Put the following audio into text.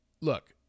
look